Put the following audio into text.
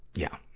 yeah.